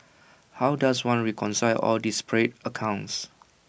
how does one reconcile all disparate accounts